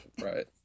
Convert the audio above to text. Right